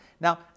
Now